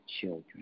children